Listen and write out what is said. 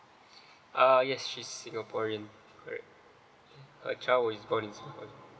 uh yes she's singaporean correct her child was born in singapore